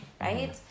right